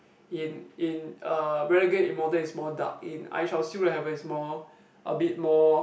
in in uh renegade-immortal is more dark in I-shall-seal-the-heaven is more a bit more